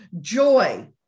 joy